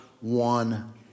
one